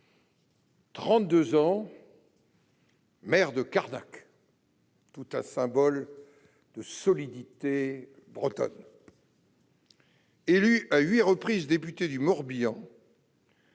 ans maire de Carnac- tout un symbole de solidité bretonne ! Élu à huit reprises député du Morbihan,